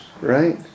right